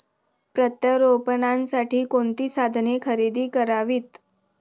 प्रत्यारोपणासाठी कोणती साधने खरेदी करावीत?